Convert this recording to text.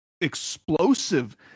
explosive